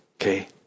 Okay